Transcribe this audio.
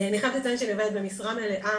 אני חיבת לציין שאני עובדת במשרה מלאה,